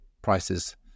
prices